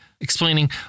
explaining